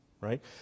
right